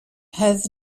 has